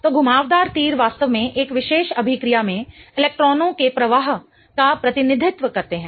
तो घुमावदार तीर वास्तव में एक विशेष अभिक्रिया में इलेक्ट्रॉनों के प्रवाह का प्रतिनिधित्व करते हैं